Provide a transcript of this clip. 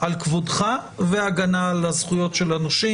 על כבודך והגנה על הזכויות של הנושים.